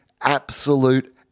absolute